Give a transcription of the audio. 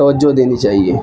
توجہ دینی چاہیے